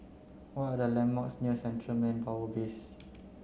what are the landmarks near Central Manpower Base